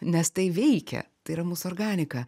nes tai veikia tai yra mūsų organika